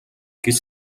гэж